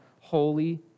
holy